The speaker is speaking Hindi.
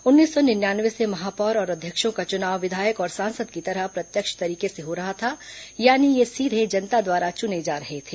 उन्नीस सौ निन्यानवे से महापौर और अध्यक्षों का चुनाव विधायक और सांसद की तरह प्रत्यक्ष तरीके से हो रहा था यानि ये सीधे जनता द्वारा चुने जा रहे थे